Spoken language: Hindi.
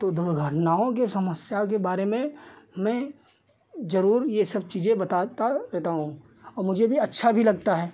तो दुर्घटनाओं की समस्या के बारे में मैं ज़रूर यह सब चीज़ें बताता रहता हूँ और मुझे भी अच्छा भी लगता है